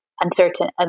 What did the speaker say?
uncertain